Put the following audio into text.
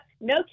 no